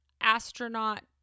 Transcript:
astronaut